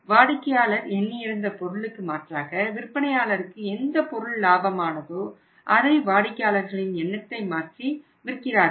வாடிக்கையாளர் எண்ணியிருந்த பொருளுக்கு மாற்றாக விற்பனையாளருக்கு எந்த பொருள் லாபமானதோ அதை வாங்க வாடிக்கையாளர்களின் எண்ணத்தை மாற்றி விற்கிறார்கள்